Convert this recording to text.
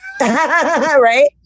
right